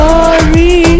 Sorry